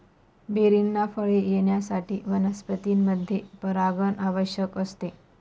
बेरींना फळे येण्यासाठी वनस्पतींमध्ये परागण आवश्यक असते